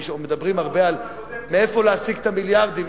כשמדברים הרבה על מאיפה להשיג את המיליארדים,